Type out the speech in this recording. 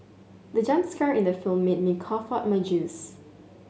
the jump scare in the film made me cough out my juice